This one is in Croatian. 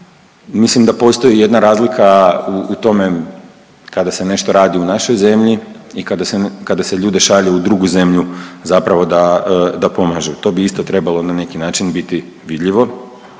Mislim da postoji jedna razlika u tome kada se nešto radi u našoj zemlji i kada se, kada se ljude šalje u drugu zemlju zapravo da, da pomažu. To bi isto trebalo na neki način biti vidljivo